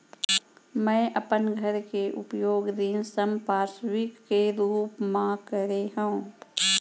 मै अपन घर के उपयोग ऋण संपार्श्विक के रूप मा करे हव